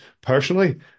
Personally